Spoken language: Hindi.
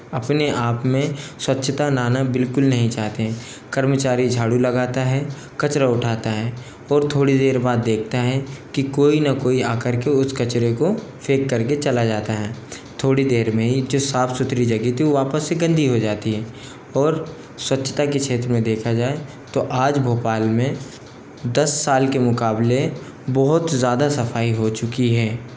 अपने आप में स्वच्छता लाना बिल्कुल नहीं चाहते हैं कर्मचारी झाड़ू लगाता है कचरा उठाता है और थोड़ी देर बाद देखता है कि कोई ना कोई आकर के उस कचरे को फेंक करके चला जाता है थोड़ी देर में ही जो साफ़ सुथरी जगह थी वो वापस से गंदी हो जाती है और स्वच्छता के क्षेत्र में देखा जाए तो आज भोपाल में दस साल के मुकाबले बहुत ज़्यादा सफ़ाई हो चुकी है